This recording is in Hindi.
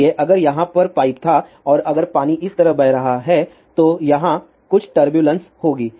इसलिए अगर यहां पर पाइप था और अगर पानी इस तरह बह रहा है तो यहां कुछ टर्बुलेन्स होगी